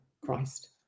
Christ